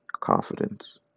confidence